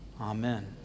Amen